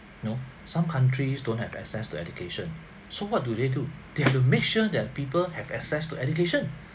no some countries don't have access to education so what do they do they have to make sure that people have access to education